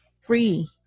free